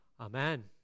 Amen